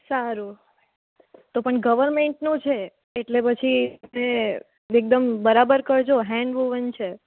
સારું તો પણ ગવર્મેન્ટનું છે એટલે પછી મેં એકદમ બરાબર કરજો હેન્ડ વોવન છે